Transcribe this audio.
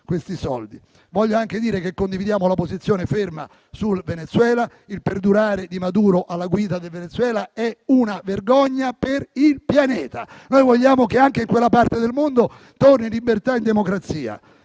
questi soldi. Voglio anche dire che condividiamo la posizione ferma sul Venezuela: il perdurare di Maduro alla guida del Venezuela è una vergogna per il pianeta. Noi vogliamo che anche in quella parte del mondo tornino libertà e democrazia.